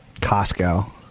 Costco